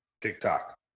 TikTok